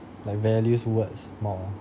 like values words more